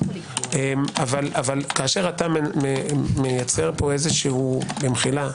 כשאתה מייצר פה, במחילה,